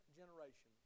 generation